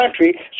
country